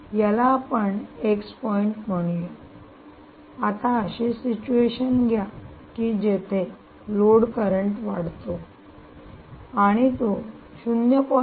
याला आपण x point म्हणू या आता अशी सिच्युएशन घ्या की जेथे लोड करंट वाढतो आणि तो 0